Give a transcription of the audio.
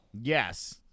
Yes